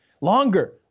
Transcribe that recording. Longer